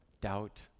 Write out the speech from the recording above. doubt